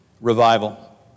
revival